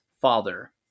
father